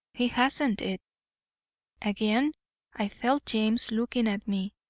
he hasn't it again i felt james looking at me.